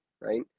right